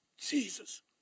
Jesus